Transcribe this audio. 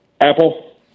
Apple